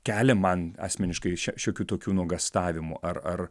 kelia man asmeniškai šiokių tokių nuogąstavimų ar ar